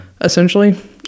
essentially